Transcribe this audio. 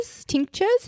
tinctures